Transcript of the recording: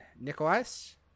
Nicholas